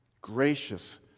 gracious